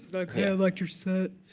like hey, i liked your set.